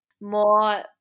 more